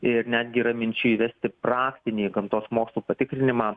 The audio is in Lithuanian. ir netgi yra minčių įvesti praktinį gamtos mokslų patikrinimą